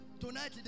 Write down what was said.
tonight